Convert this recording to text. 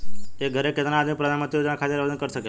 एक घर के केतना आदमी प्रधानमंत्री योजना खातिर आवेदन कर सकेला?